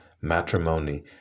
matrimony